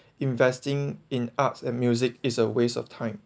investing in arts and music is a waste of time